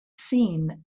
seen